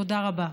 תודה רבה.